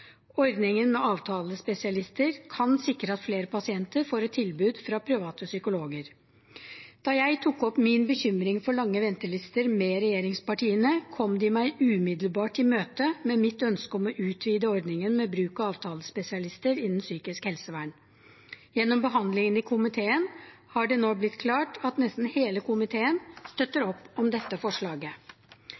Ordningen med avtalespesialister kan sikre at flere pasienter får et tilbud fra private psykologer. Da jeg tok opp min bekymring for lange ventelister med regjeringspartiene, imøtekom de umiddelbart mitt ønske om å utvide ordningen med bruk av avtalespesialister innen psykisk helsevern. Gjennom behandlingen i komiteen har det nå blitt klart at nesten hele komiteen støtter opp om dette forslaget.